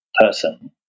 person